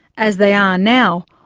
as they are now,